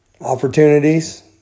opportunities